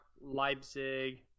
Leipzig